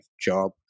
job